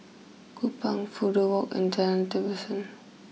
Kupang Fudu walk and Jalan Tembusu